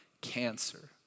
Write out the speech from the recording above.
cancer